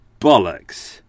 bollocks